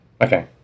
Okay